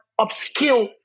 upskill